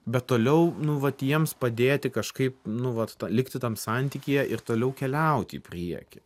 bet toliau nu vat jiems padėti kažkaip nu vat tą likti tam santykyje ir toliau keliauti į priekį